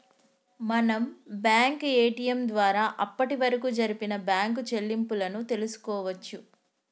మనం bank ATM ద్వారా అప్పటివరకు జరిపిన బ్యేంకు చెల్లింపులను తెల్సుకోవచ్చు